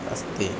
अस्ति